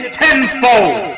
tenfold